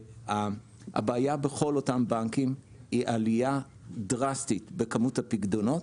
הבעיה בכל אותם בנקים היא עלייה דרסטית בכמות הפקדונות,